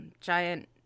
giant